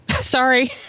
Sorry